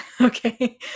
Okay